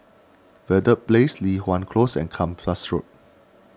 Verde Place Li Hwan Close and Kempas Road